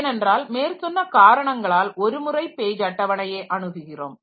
ஏனென்றால் மேற்சொன்ன காரணங்களால் ஒருமுறை பேஜ் அட்டவணையை அணுகுகிறோம்